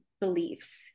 beliefs